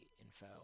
info